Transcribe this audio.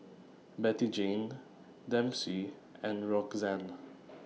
Bettyjane Dempsey and Roxann